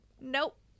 nope